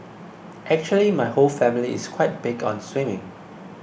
actually my whole family is quite big on swimming